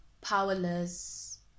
powerless